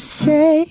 say